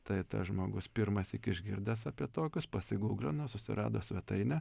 tai tas žmogus pirmąsyk išgirdęs apie tokius pasigūglino susirado svetainę